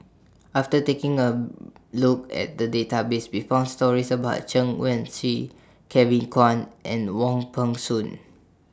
after taking A Look At The Database We found stories about Chen Wen Hsi Kevin Kwan and Wong Peng Soon